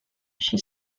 she